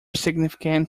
significant